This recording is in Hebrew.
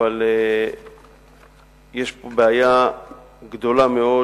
אבל יש פה בעיה גדולה מאוד,